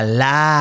la